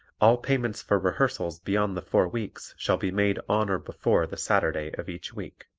all payments for rehearsals beyond the four weeks shall be made on or before the saturday of each week.